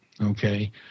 okay